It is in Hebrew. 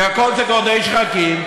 כי הכול זה גורדי שחקים,